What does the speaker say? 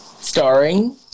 starring